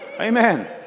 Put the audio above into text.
Amen